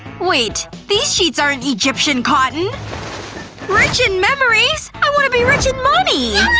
wait. these sheets aren't egyptian cotton rich in memories! i want to be rich in money!